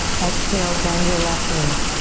exhale, bend your left knee.